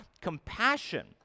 compassion